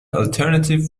alternative